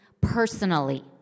personally